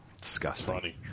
Disgusting